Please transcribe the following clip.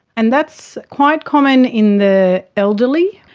and that's quite common in the elderly,